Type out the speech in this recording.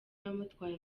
yamutwaye